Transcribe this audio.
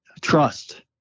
trust